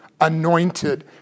anointed